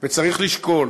וצריך לשקול